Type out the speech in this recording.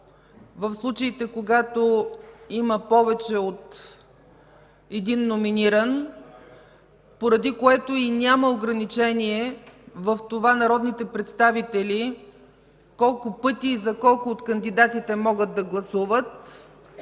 в случаите когато има повече от един номиниран, поради което няма и ограничение в това народните представители колко пъти за колко от кандидатите могат да гласуват.